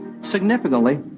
Significantly